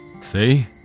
See